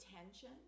attention